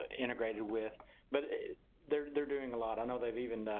ah integrated with but they're they're doing a lot. i know they've even